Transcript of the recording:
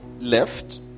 left